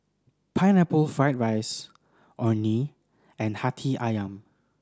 Pineapple Fried rice Orh Nee and Hati Ayam